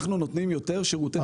אנחנו נותנים יותר שירותים.